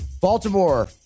Baltimore